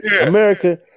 America